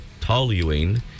toluene